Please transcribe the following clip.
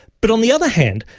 but on the other hand,